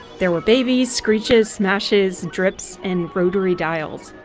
there were baby screeches, smashes, drips, and rotary dials.